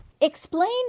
Explain